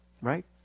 Right